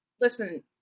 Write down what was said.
Listen